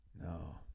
No